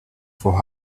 for